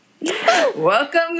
welcome